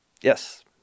Yes